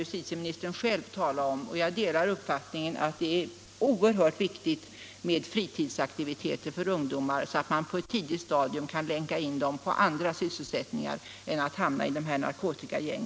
Justitieministern brukar själv tala om dem, och jag delar uppfattningen att det är oerhört viktigt med fritidsaktiviteter.. Om åtgärder mot för ungdomar så att man tidigt kan länka in dem på andra sysselsättningar — narkotikamissbruoch förhindra att de hamnar i narkotikagäng.